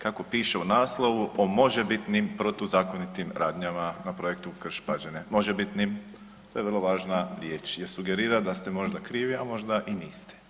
Kako piše u naslovu o možebitnim protuzakonitim radnjama projektu Krš – Pađene, možebitnim to je vrlo važna riječ jer sugerira da ste možda krivi, a možda i niste.